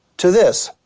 to this.